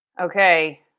Okay